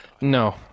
No